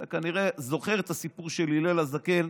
אתה כנראה זוכר את הסיפור של הלל הזקן,